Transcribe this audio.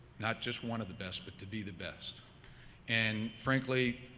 not just one of the best but to be the best and, frankly,